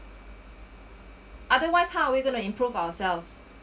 otherwise how are we going to improve ourselves